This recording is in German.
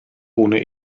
wohne